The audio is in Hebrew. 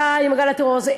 די עם גל הטרור הזה,